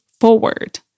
forward